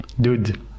dude